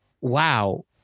wow